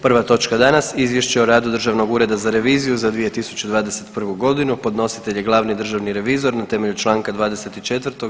Prva točka danas: - Izvješće o radu Državnog ureda za reviziju za 2021. g. Podnositelj je glavni državni revizor na temelju čl. 24.